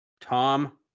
Tom